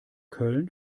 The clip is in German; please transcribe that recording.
köln